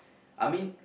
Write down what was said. I mean